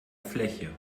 fläche